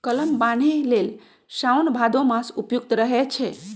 कलम बान्हे लेल साओन भादो मास उपयुक्त रहै छै